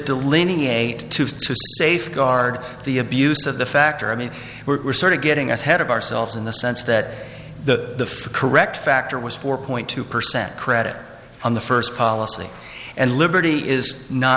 delineate to safeguard the abuse of the factor i mean we're sort of getting ahead of ourselves in the sense that the correct factor was four point two percent credit on the first policy and liberty is not